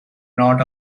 not